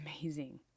amazing